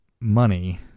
money